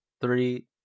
Three